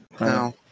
No